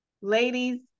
ladies